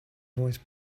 voice